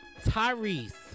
Tyrese